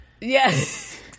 Yes